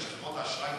שחברות האשראי,